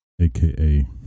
aka